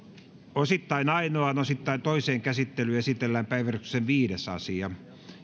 osittain ainoaan osittain toiseen käsittelyyn esitellään päiväjärjestyksen viides asia